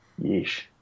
yeesh